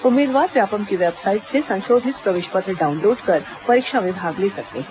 उम्मीदवार व्यापम की वेबसाइट से संशोधित प्रवेश पत्र डाउनलोड कर परीक्षा में भाग ले सकते हैं